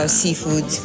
seafood